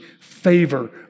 favor